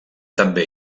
també